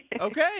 Okay